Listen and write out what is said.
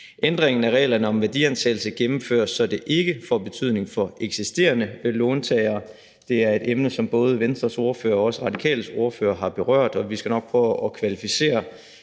Ændringen af reglerne om værdiansættelse gennemføres, så det ikke får betydning for eksisterende låntagere. Det er et emne, som både Venstres ordfører og også Radikales ordfører har berørt, og vi skal nok prøve at kvalificere